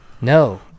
No